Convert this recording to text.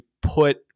put